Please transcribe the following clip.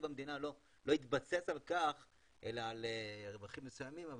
המדינה לא התבסס על כך אלא על רווחים מסוימים,